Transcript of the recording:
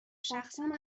شخصا